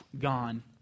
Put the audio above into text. gone